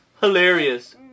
hilarious